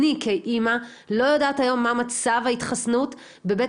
אני כאמא לא יודעת היום מה מצב ההתחסנות בבתי